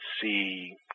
see